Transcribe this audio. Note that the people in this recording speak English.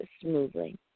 smoothly